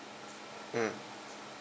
mm